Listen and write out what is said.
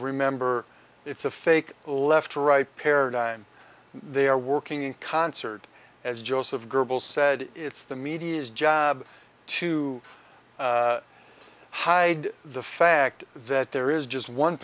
remember it's a fake left right paradigm they are working in concert as joseph goebbels said it's the media's job to hide the fact that there is just one